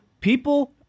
people